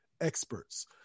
experts